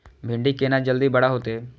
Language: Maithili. भिंडी केना जल्दी बड़ा होते?